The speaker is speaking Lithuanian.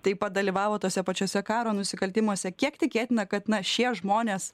taip pat dalyvavo tuose pačiuose karo nusikaltimuose kiek tikėtina kad na šie žmonės